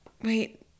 Wait